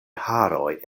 haroj